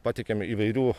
pateikiam įvairių